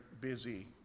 busy